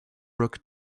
brooke